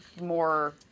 more